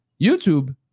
youtube